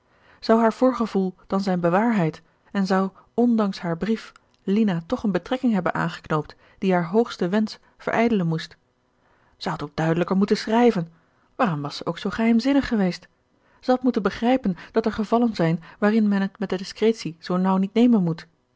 zou haar voorgevoel dan zijn bewaarheid en zou ondanks haar brief lina toch eene betrekking hebben aangeknoopt die haar hoogsten wensch verijdelen moest zij had ook duidelijker moeten schrijven waarom was zij ook zoo geheimzinnig geweest zij had moeten begrijpen dat er gevallen zijn waarin men het met de discretie zoo nauw niet nemen moet